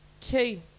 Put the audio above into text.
Two